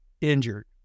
injured